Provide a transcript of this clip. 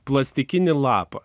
plastikinį lapą